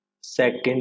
second